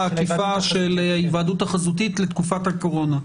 העקיפה של ההיוועדות החזותית לתקופת הקורונה.